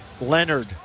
Leonard